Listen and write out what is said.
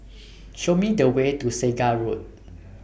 Show Me The Way to Segar Road